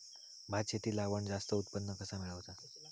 भात शेती लावण जास्त उत्पन्न कसा मेळवचा?